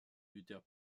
luther